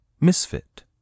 Misfit